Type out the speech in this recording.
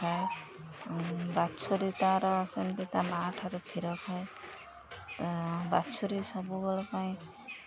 ଖାଏ ବାଛୁରୀ ତା'ର ସେମିତି ତା' ମା' ଠାରୁ କ୍ଷୀର ଖାଏ ବାଛୁରୀ ସବୁବେଳେ ପାଇଁ